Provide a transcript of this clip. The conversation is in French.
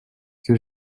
que